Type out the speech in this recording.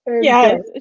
Yes